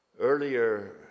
earlier